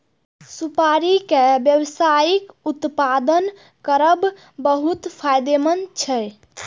सुपारी के व्यावसायिक उत्पादन करब बहुत फायदेमंद छै